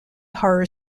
horror